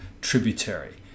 tributary